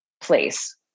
place